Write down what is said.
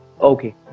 Okay